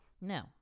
No